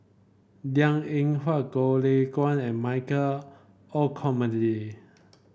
Liang Eng Hwa Goh Lay Kuan and Michael Olcomendy